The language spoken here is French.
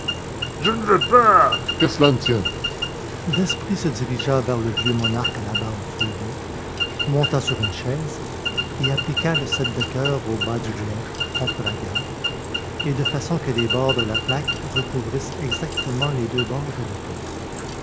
je ne veux pas qu'à cela ne tienne daspry se dirigea vers le vieux monarque à la barbe fleurie monta sur une chaise et appliqua le sept de coeur au bas du glaive contre la garde et de façon que les bords de la plaque recouvrissent exactement les deux bords de l'épée